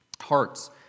hearts